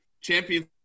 Champions